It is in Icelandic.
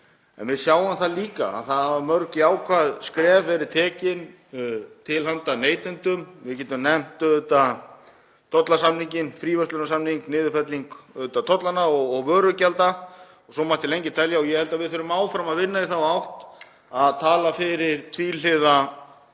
En við sjáum það líka að það hafa mörg jákvæð skref verið stigin til handa neytendum. Við getum nefnt tollasamninginn, fríverslunarsamninginn, niðurfellingu tolla og vörugjalda og svo mætti lengi telja. Ég held að við þurfum áfram að vinna í þá átt að tala fyrir tvíhliða